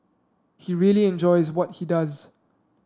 he really enjoys what he does